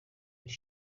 iri